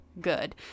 good